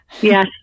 Yes